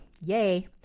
Yay